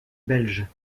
belge